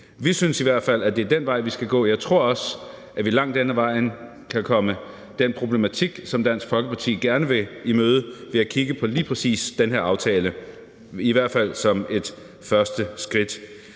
Vi synes i hvert fald, at det er den vej, vi skal gå. Jeg tror også, at vi langt hen ad vejen kan komme den problematik, som Dansk Folkeparti gerne vil se på, i møde ved at kigge på lige præcis den her aftale, i hvert fald som et første skridt.